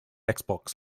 xbox